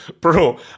Bro